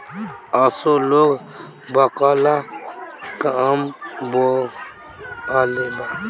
असो लोग बकला कम बोअलेबा